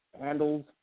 handles